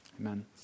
amen